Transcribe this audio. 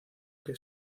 que